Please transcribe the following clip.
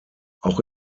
auch